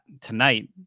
tonight